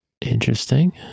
Interesting